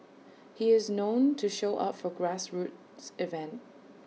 he is known to show up for grassroots event